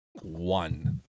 One